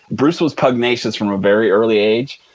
bruce was pugnacious from a very early age,